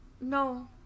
No